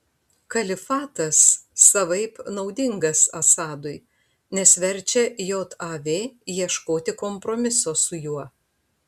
kalifatas savaip naudingas assadui nes verčia jav ieškoti kompromiso su juo